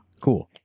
Cool